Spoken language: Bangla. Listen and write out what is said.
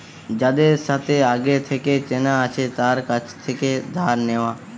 যাদের সাথে আগে থেকে চেনা আছে তার কাছ থেকে ধার নেওয়া